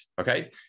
Okay